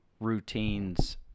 Routines